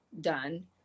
done